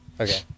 okay